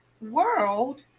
world